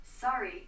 Sorry